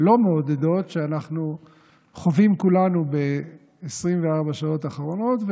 לא מעודדות שאנחנו חווים כולנו ב-24 השעות האחרונות,